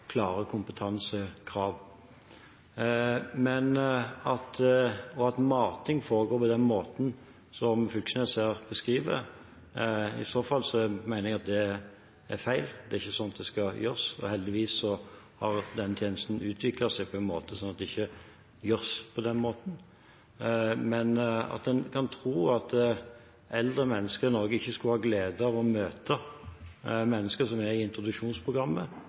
klare kompetansekrav. At mating foregår på den måten Knag Fylkesnes her beskriver, mener jeg i så fall er feil. Det er ikke sånn det skal gjøres. Heldigvis har tjenesten utviklet seg sånn at det ikke gjøres på den måten. Men at en kan tro at eldre mennesker i Norge ikke skulle ha glede av å møte mennesker som er i introduksjonsprogrammet,